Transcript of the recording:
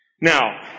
Now